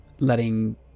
Letting